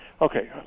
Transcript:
Okay